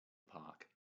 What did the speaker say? park